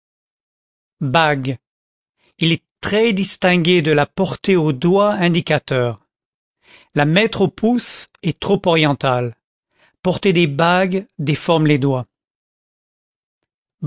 bague il est très distingué de la porter au doigt indicateur la mettre au pouce est trop oriental porter des bagues déforme les doigts